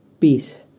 Peace